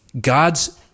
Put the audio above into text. God's